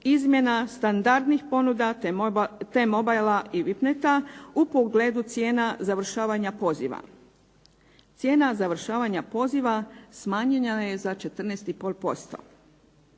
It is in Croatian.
izmjena standardnih ponuda T-mobilea i VIPneta u pogledu cijena završavanja poziva. Cijena završavanja poziva smanjena je za 14,5%.